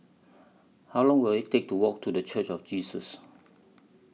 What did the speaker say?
How Long Will IT Take to Walk to The Church of Jesus